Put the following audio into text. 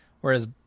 whereas